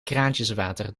kraantjeswater